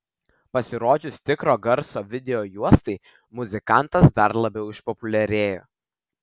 pasirodžius tikro garso videojuostai muzikantas dar labiau išpopuliarėjo